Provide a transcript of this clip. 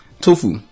Tofu